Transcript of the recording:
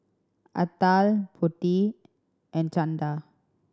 Atal Potti and Chanda